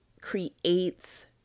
creates